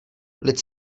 lid